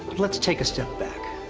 let's take a step back.